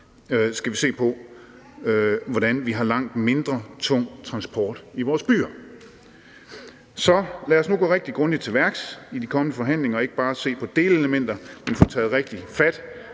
skal vi se på, hvordan vi får langt mindre tung transport i vores byer. Så lad os nu gå rigtig grundigt til værks i de kommende forhandlinger og ikke bare se på delelementer, men få taget rigtig fat.